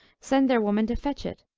send their women to fetch it,